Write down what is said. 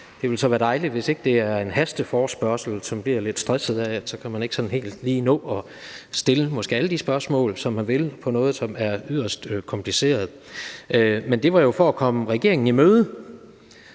Det ville så være dejligt, hvis ikke det var en hasteforespørgsel, som bliver lidt stressende af, at man måske ikke sådan helt lige kan nå at stille alle de spørgsmål, som man vil, til noget, som er yderst kompliceret. Men det var jo for at komme regeringen i møde,